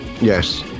yes